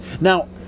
Now